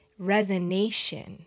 Resonation